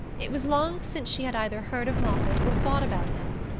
it was long since she had either heard of moffatt or thought about him,